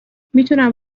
میتونم